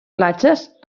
platges